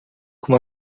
com